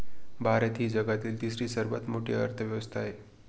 भारत ही जगातील तिसरी सर्वात मोठी अर्थव्यवस्था आहे